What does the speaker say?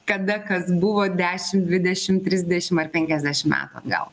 kada kas buvo dešim dvidešim trisdešim ar penkiasdešim metų atgal